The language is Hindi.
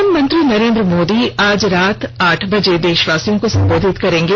प्रधानमंत्री नरेन्द्र मोदी आज रात आठ बजे देशवासियों को संबोधित करेंगे